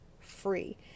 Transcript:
free